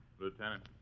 Lieutenant